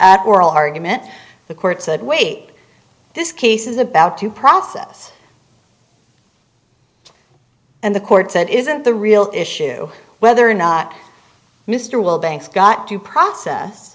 at oral argument the court said wait this case is about to process and the court said isn't the real issue whether or not mr will banks got due process